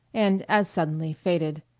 and as suddenly faded.